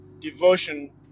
devotion